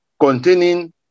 containing